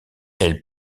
elle